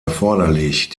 erforderlich